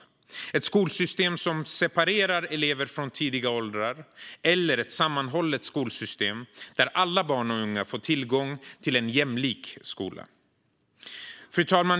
Är det ett skolsystem som separerar elever från tidiga åldrar eller ett sammanhållet skolsystem där alla barn och unga får tillgång till en jämlik skola? Fru talman!